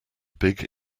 big